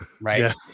Right